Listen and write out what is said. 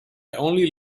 only